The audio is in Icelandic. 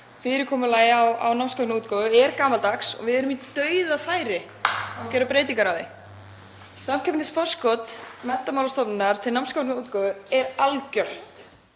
Fyrirkomulagið á námsgagnaútgáfu er gamaldags og við erum í dauðafæri að gera breytingar á því. Samkeppnisforskot Menntamálastofnunar á námsgagnaútgáfu er algjört